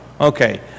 Okay